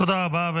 תודה רבה.